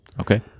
okay